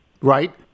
Right